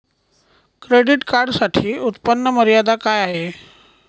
Credit कार्डसाठी उत्त्पन्न मर्यादा काय आहे?